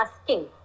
asking